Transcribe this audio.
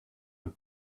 and